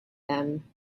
them